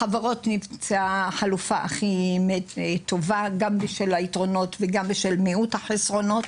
החברות נמצאה החלופה הכי טובה גם בשל היתרונות וגם בשל מיעוט החסרונות.